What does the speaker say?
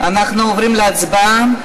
אנחנו עוברים להצבעה.